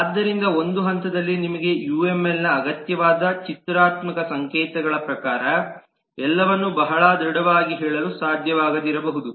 ಆದ್ದರಿಂದ ಒಂದು ಹಂತದಲ್ಲಿ ನಿಮಗೆ ಯುಎಂಎಲ್ ನ ಅಗತ್ಯವಾದ ಚಿತ್ರಾತ್ಮಕ ಸಂಕೇತಗಳ ಪ್ರಕಾರ ಎಲ್ಲವನ್ನೂ ಬಹಳ ದೃಢವಾಗಿ ಹೇಳಲು ಸಾಧ್ಯವಾಗದಿರಬಹುದು